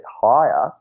higher